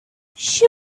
she